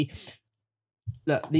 look